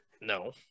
No